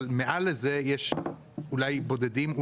אבל מעל לזה יש אולי בודדים.